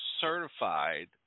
certified